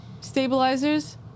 stabilizers